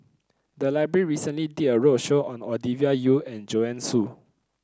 the library recently did a roadshow on Ovidia Yu and Joanne Soo